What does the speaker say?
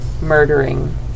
murdering